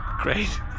Great